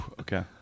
Okay